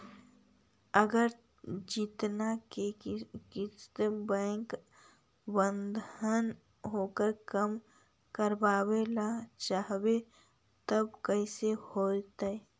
अगर जेतना के किस्त बैक बाँधबे ओकर कम करावे ल चाहबै तब कैसे होतै?